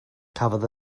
cafodd